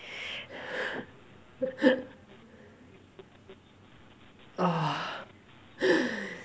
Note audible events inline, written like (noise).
(laughs) !aww! (noise)